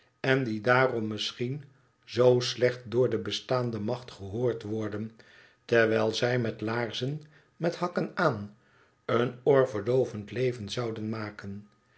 en die daarom misschien zoo slecht door de bestaande macht gehoord worden terwijl zij met laarzen met hakken aan een oorverdoovend leven zouden maken